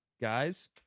guys